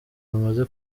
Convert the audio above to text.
rumaze